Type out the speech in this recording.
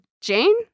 Jane